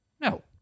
No